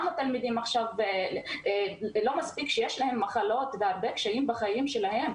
מה עם התלמידים?: לא מספיק שיש להם מחלות והרבה קשיים בחיים שלהם,